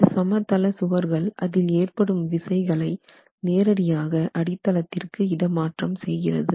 இந்த சமதள சுவர்கள் அதில் ஏற்படும் விசைகளை நேரடியாக அடித்தளத்திற்கு இடமாற்றம் செய்கிறது